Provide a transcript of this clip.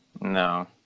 No